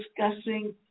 discussing